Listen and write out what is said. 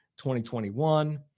2021